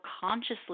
consciously